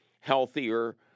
healthier